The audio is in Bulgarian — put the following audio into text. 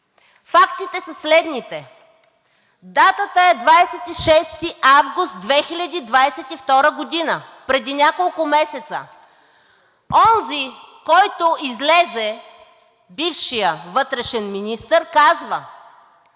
фактите са следните: датата е 26 август 2022 г., преди няколко месеца. Онзи, който излезе, бившият вътрешен министър казва: